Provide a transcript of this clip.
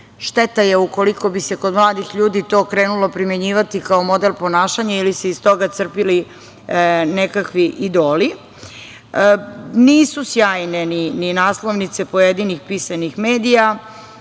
Šteta je ukoliko bi se kod mladih ljudi to krenulo primenjivati kao model ponašanja ili se iz toga crpeli nekakvi idoli. Nisu sjajne ni naslovnice pojedinih pisanih medija.